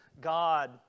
God